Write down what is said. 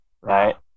right